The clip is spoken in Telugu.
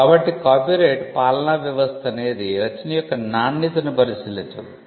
కాబట్టి కాపీరైట్ పాలనా వ్యవస్థ అనేది రచన యొక్క నాణ్యతను పరిశీలించదు